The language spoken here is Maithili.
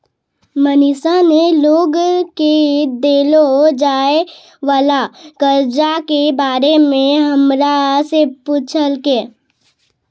मनीषा ने लोग के देलो जाय वला कर्जा के बारे मे हमरा से पुछलकै